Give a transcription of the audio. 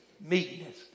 meekness